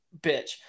bitch